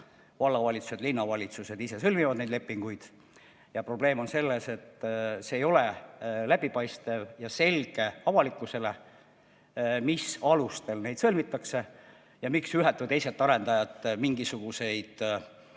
Vallavalitsused ja linnavalitsused sõlmivad neid lepinguid. Probleem on selles, et see ei ole läbipaistev ja avalikkusele pole selge, mis alustel neid sõlmitakse ja miks ühelt või teiselt arendajalt mingisuguseid